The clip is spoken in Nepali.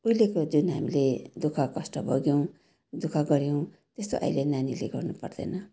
उहिलेको जुन हामीले दुःख कष्ट भोग्यौँ दुःख गऱ्यौँ त्नायस्नीतो अहिले नानीहरूले गर्नु पर्दैन